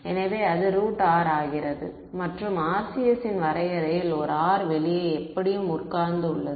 எனவே அது √R ஆகிறது மற்றும் RCS இன் வரையறையில் ஒரு R வெளியே எப்படியும் உட்கார்ந்து உள்ளது